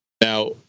Now